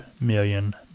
million